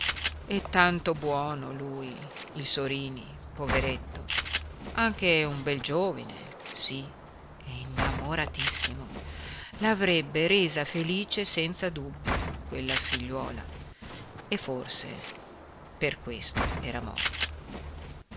e tanto buono lui il sorini poveretto anche un bel giovine sì e innamoratissimo la avrebbe resa felice senza dubbio quella figliuola e forse per questo era morto